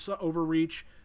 Overreach